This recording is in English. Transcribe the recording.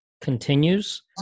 continues